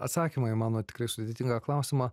atsakymą į mano tikrai sudėtingą klausimą